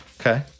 Okay